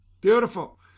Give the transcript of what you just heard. Beautiful